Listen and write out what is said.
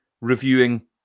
reviewing